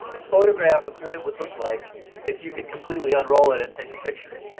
a photograph of what it would look like if you could completely unroll it and take a picture.